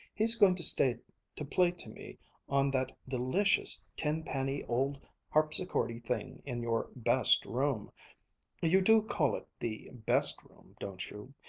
he's going to stay to play to me on that delicious tin-panny old harpsichordy thing in your best room you do call it the best room don't you?